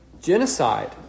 Genocide